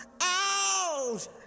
out